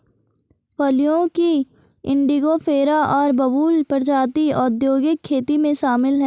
फलियों की इंडिगोफेरा और बबूल प्रजातियां औद्योगिक खेती में शामिल हैं